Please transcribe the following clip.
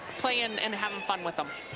playing and having fun with them.